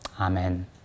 Amen